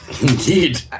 Indeed